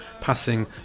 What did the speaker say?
passing